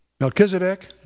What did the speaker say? Melchizedek